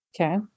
okay